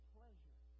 pleasure